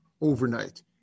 overnight